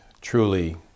truly